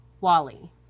Wally